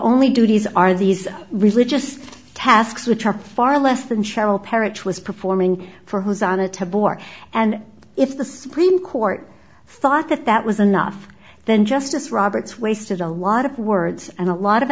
only duties are these religious tasks which are far less than cheryl parrot's was performing for who's on a to bore and if the supreme court thought that that was enough then justice roberts wasted a lot of words and a lot of